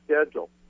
schedule